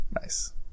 Nice